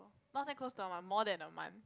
not say close to a month more than a month